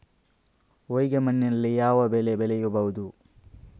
ಹೊಯ್ಗೆ ಮಣ್ಣಿನಲ್ಲಿ ಯಾವ ಬೆಳೆ ಬೆಳೆಯಬಹುದು?